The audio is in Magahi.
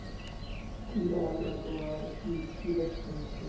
कीड़ा लगवार की की लक्षण छे?